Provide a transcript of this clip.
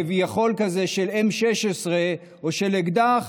כביכול M16 או אקדח,